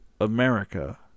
America